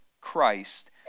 christ